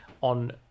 on